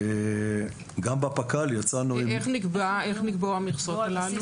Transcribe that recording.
איך נקבעו המכסות הללו?